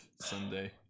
Someday